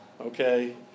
okay